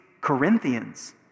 Corinthians